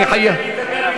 אני מוכנה,